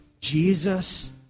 Jesus